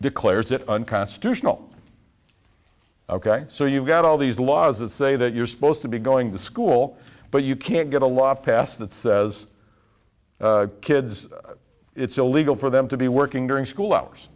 declares it unconstitutional ok so you've got all these laws that say that you're supposed to be going to school but you can't get a law passed that says kids it's illegal for them to be working during school hours